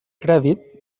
crèdit